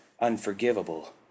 unforgivable